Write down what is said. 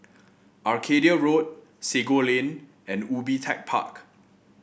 Arcadia Road Sago Lane and Ubi Tech Park